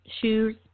shoes